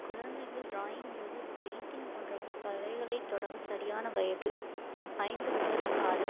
குழந்தைகள் ட்ராயிங் அல்லது பெயிண்டிங் போன்ற கலைகளை தொடங்க சரியான வயது ஐந்து முதல் ஆறு